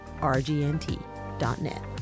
rgnt.net